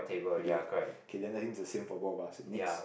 okay K then I think is the same for both of us next